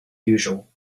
usual